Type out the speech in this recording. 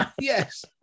yes